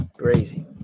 Crazy